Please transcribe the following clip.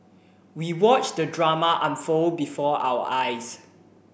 we watched the drama unfold before our eyes